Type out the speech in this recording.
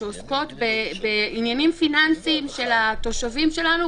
שעוסקות בעניינים פיננסיים של התושבים שלנו,